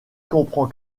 comprend